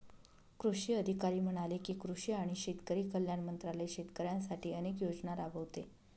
कृषी अधिकारी म्हणाले की, कृषी आणि शेतकरी कल्याण मंत्रालय शेतकऱ्यांसाठी अनेक योजना राबवते